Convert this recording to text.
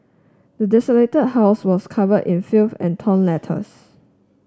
the desolated house was covered in filth and torn letters